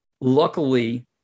Luckily